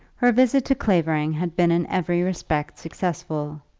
her visit to clavering had been in every respect successful.